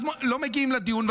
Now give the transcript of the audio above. לא מגיעים לדיון,